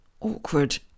Awkward